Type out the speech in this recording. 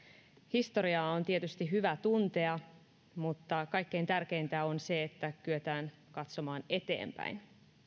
historiaa on tietysti hyvä tuntea mutta kaikkein tärkeintä on se että kyetään katsomaan eteenpäin